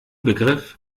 begriff